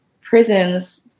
prisons